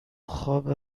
خواب